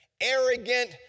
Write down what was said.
Arrogant